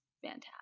fantastic